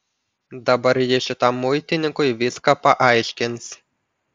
dabar ji šitam muitininkui viską paaiškins